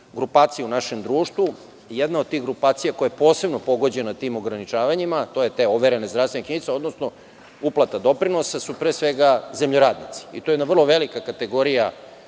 grupacija u našem društvu i jedna od tih grupacija koja je posebno pogođena tim ograničavanjima, to su te overene zdravstvene knjižice, odnosno uplata doprinosa su pre svega zemljoradnici. To je jedna vrlo velika kategorija